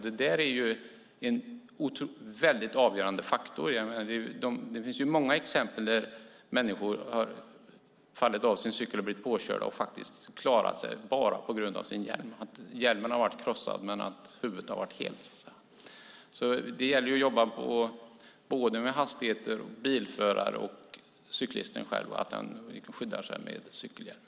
Den kan vara en väldigt avgörande faktor, då det finns många exempel på att människor har fallit av cykeln och blivit påkörda och faktiskt klarat sig bara på grund av sin hjälm. Hjälmen har varit krossad, men huvudet har varit helt. Det gäller att jobba med såväl hastigheter som bilförare och cyklister för att de ska skydda sig med cykelhjälm.